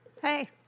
Hey